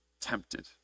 tempted